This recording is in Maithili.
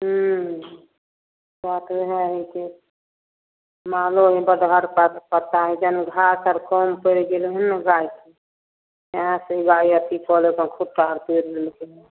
हूँ बात ओहे हिके माले हय डडहर तक पत्ता आर जनु घासे आर कम पड़ि गेलै ने गायके तै से ई गाय अथी कऽ लेलकै खुट्टा आर तोड़ि लेलकै हन